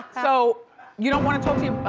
so you don't wanna talk to your,